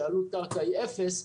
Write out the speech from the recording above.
כשעלות הקרקע היא אפס,